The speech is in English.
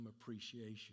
appreciation